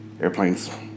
airplanes